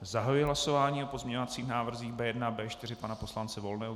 Zahajuji hlasování o pozměňovacích návrzích B1 až B4 pana poslance Volného.